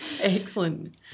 Excellent